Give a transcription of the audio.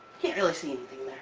can't really see anything